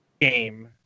game